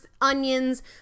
onions